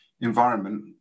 environment